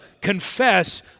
confess